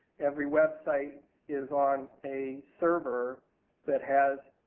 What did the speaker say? every website is on a server that has